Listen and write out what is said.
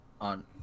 on